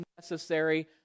necessary